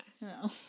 No